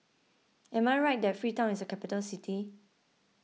am I right that Freetown is a capital city